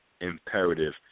imperative